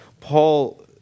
Paul